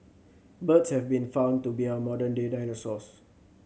birds have been found to be our modern day dinosaurs